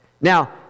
Now